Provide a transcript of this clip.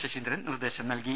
ശശീന്ദ്രൻ നിർദ്ദേശം നൽകി